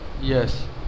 yes